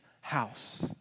house